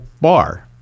bar